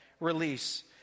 release